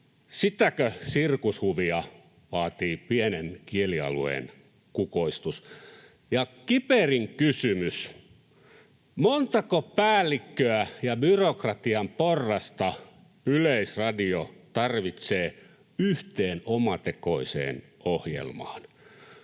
Sitäkö sirkushuvia vaatii pienen kielialueen kukoistus? Ja kiperin kysymys: montako päällikköä ja byrokratian porrasta Yleisradio tarvitsee yhteen omatekoiseen ohjelmaan?